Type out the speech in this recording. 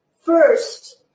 First